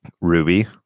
Ruby